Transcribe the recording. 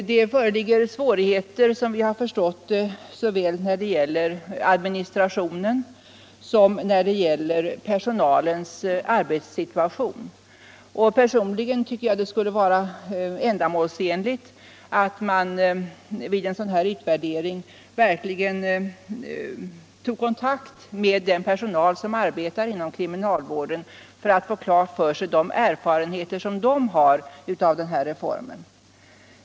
Det föreligger svårigheter, som vi har förstått, när det gäller såväl ad ministrationen som personalens arbetssituation. Personligen tycker ja; att det skulle vara ändamålsenligt att man vid en sådan här utvärderin verkligen tog kontakt med den personal som arbetar inom kriminalvården för att få klart för sig vilka erfarenheter den har av den här reformen.